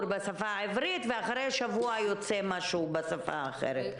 בשפה העברית ואחרי שבוע יוצא משהו בשפה אחרת.